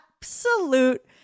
absolute